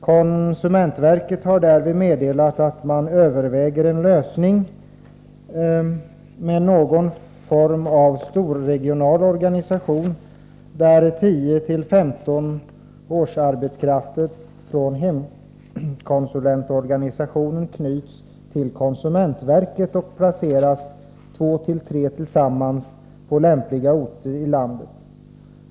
Konsumentverket har därvid meddelat att man överväger en 111 lösning med någon form av storregional organisation där 10-15 årsarbetskrafter från hemkonsulentorganisationen knyts till konsumentverket och placeras 2-3 tillsammans på lämpliga orter i landet.